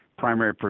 primary